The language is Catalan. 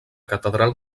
catedral